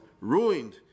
ruined